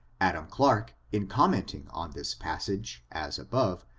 adam clarke, in commenting on this passage, as above,